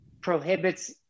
prohibits